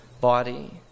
body